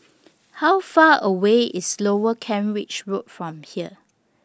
How Far away IS Lower Kent Ridge Road from here